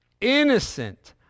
innocent